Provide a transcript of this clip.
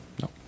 no